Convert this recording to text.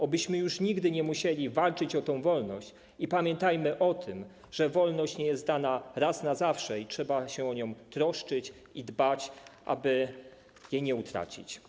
Obyśmy już nigdy nie musieli walczyć o tę wolność i pamiętajmy o tym, że wolność nie jest dana raz na zawsze i trzeba się o nią troszczyć i dbać, aby jej nie utracić.